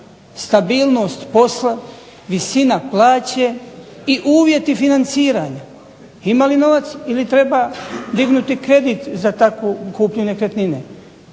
stabilnost posla, visina plaće i uvjeti financiranja. Ima li novac ili treba dignuti kredit za takvu kupnju nekretnine.